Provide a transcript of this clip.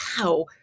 wow